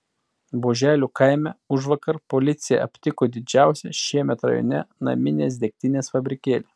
buoželių kaime užvakar policija aptiko didžiausią šiemet rajone naminės degtinės fabrikėlį